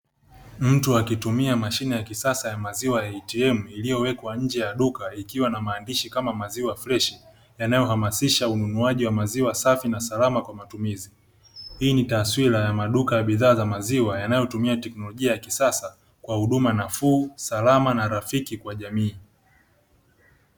Mtu akitumia mashine ya kisasa ya maziwa ya "ATM" iliyowekwa nje ya duka ikiwa na maandishi kama maziwa freshi yanayohamasisha ununuaji wa maziwa Safi na salama kwa matumizi. Hii ni taswira ya maduka ya bidhaa ya maziwa yanayotumia teknolojia ya kisasa kwa huduma nafuu, salama na rafiki kwa jamii.